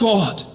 God